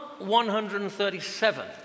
137